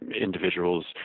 individuals